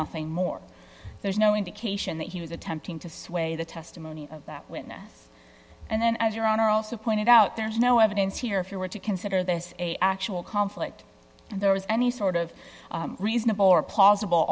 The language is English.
nothing more there's no indication that he was attempting to sway the testimony of that witness and then as your honor also pointed out there is no evidence here if you were to consider this a actual conflict and there was any sort of reasonable or possible